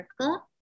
circle